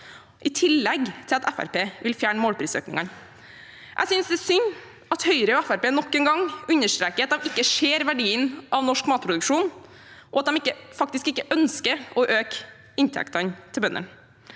i tillegg til at Fremskrittspartiet vil fjerne målprisøkningene. Jeg synes det er synd at Høyre og Fremskrittspartiet nok en gang understreker at de ikke ser verdien av norsk matproduksjon, og at de faktisk ikke ønsker å øke inntektene til bøndene.